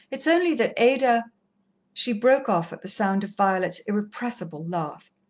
it's only that ada she broke off at the sound of violet's irrepressible laugh.